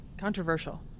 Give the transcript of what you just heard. controversial